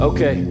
Okay